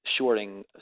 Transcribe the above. shorting